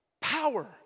power